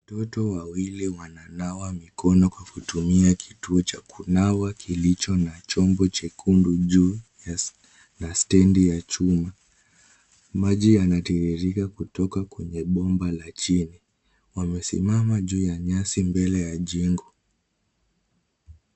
Watoto wawili wananawa mikono kwa kutumia kituo cha kunawa kilicho na chombo nyekundu juu na stendi ya chuma. Maji yanatiririka kutoka kwenye bomba la chini. Wamesimama juu ya nyasi mbele ya jengo.